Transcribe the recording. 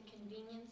convenience